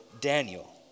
Daniel